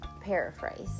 paraphrase